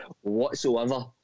whatsoever